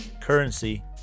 currency